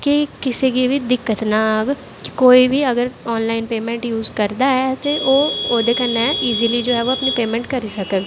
कि किसै गी बी दिक्कत ना आह्ग कोई बी अगर आनलाइन पेमैंट यूज करदा ऐ ते ओह् जो ऐ ओह्दे कन्नै ईजली पेमैंट करी सकग